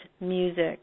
music